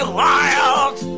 wild